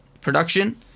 production